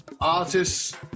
artists